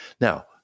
Now